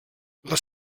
les